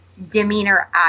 Demeanor